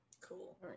Cool